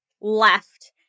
left